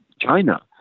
China